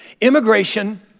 immigration